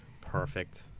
Perfect